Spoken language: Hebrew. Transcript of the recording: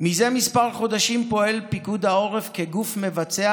מזה כמה חודשים פועל פיקוד העורף כגוף מבצע